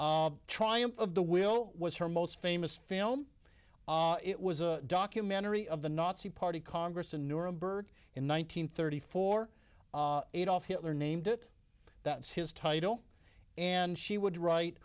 triumph of the will was her most famous film it was a documentary of the nazi party congress in nuremberg in one nine hundred thirty four adolf hitler named it that's his title and she would write